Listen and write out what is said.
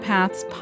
Paths